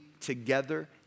together